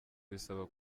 bisaba